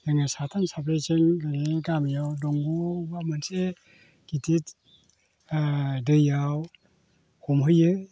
जोङो साथाम साब्रैजों गामियाव दंग'आवबा मोनसे गिदिद दैयाव हमहैयो